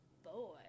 boy